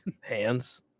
Hands